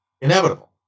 inevitable